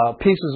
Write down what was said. pieces